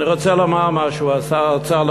אני רוצה לומר משהו על שר האוצר.